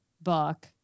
book